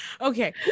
okay